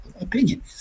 opinion